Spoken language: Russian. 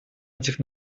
этих